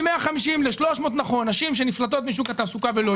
מ-150 ל-300 נשים שנפלטות משוק התעסוקה ולא יוכלו לעבוד,